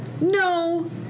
No